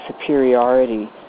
superiority